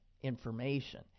information